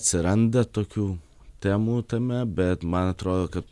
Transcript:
atsiranda tokių temų tame bet man atrodo kad